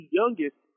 youngest